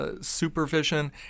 supervision